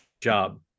job